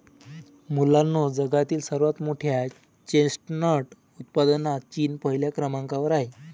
मुलांनो जगातील सर्वात मोठ्या चेस्टनट उत्पादनात चीन पहिल्या क्रमांकावर आहे